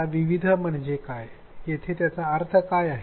आता विविध म्हणजे काय येथे त्याचा काय अर्थ आहे